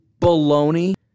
baloney